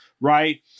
Right